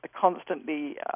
constantly